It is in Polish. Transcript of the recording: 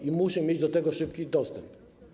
I muszę mieć do tego szybki dostęp.